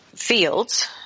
Fields